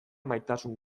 maitasun